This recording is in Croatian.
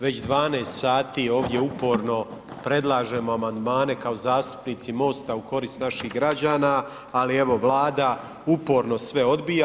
Već 12 sati ovdje uporno predlažemo amandmane kao zastupnici MOST-a u korist naših građana, ali evo Vlada uporno sve odbija.